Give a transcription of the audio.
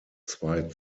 zwei